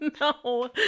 No